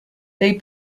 they